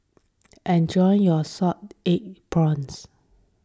enjoy your Salted Egg Prawns